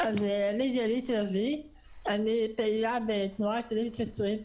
אני גלית לביא, אני פעילה בתנועת "לינק20"